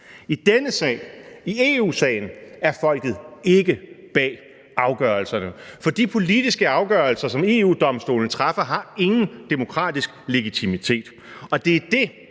I denne sag, i EU-sagen, er folket ikke bag afgørelserne, for de politiske afgørelser, som EU-Domstolen træffer, har ingen demokratisk legitimitet. Og det er det,